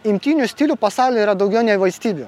imtynių stilių pasauly yra daugiau nei valstybių